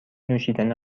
نوشیدن